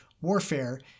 warfare